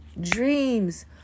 Dreams